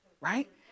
right